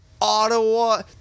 Ottawa